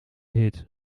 hit